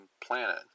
planet